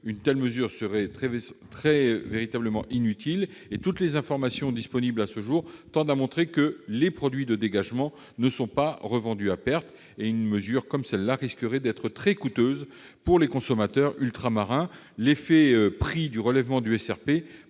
une telle mesure serait totalement inutile, toutes les informations disponibles à ce jour tendant à montrer que les produits de dégagement ne sont pas revendus à perte. D'autre part, elle risquerait d'être très coûteuse pour les consommateurs ultramarins. L'effet prix du relèvement du SRP